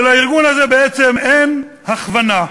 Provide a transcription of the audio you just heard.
שלארגון הזה בעצם אין הכוונה,